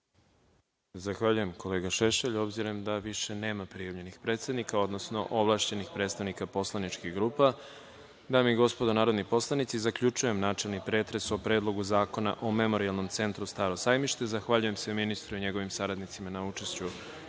Zahvaljujem, kolega Šešelj. Obzirom da više nema prijavljenih predsednika, odnosno, ovlašćenih predstavnika poslaničkih grupa, dame i gospodo, narodni poslanici, zaključujem načelni pretres o Predlogu zakona o Memorijalnom centru "Staro sajmište".Zahvaljujem se ministru i njegovim saradnicima na učešću